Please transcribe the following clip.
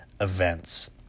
events